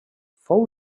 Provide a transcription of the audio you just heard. fou